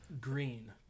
Green